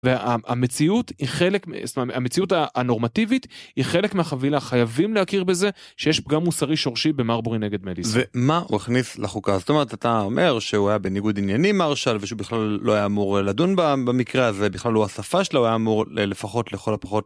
והמציאות היא חלק מ..המציאות הנורמטיבית היא חלק מהחבילה חייבים להכיר בזה שיש פגם מוסרי שורשי במרבורי נגד מדיסון. ומה הוא הכניס לחוקה זאת אומרת אתה אומר שהוא היה בניגוד עניינים מרשל ושהוא בכלל לא היה אמור לדון במקרה הזה בכלל לא השפה שלו היה אמור לפחות לכל הפחות.